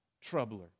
troubler